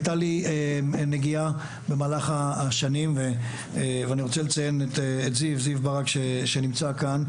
הייתה לי נגיעה במהלך השנים ואני רוצה לציין את זיו ברק שנמצא כאן.